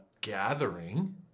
gathering